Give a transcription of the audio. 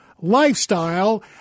lifestyle